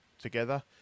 together